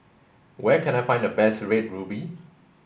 where can I find the best red ruby